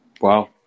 Wow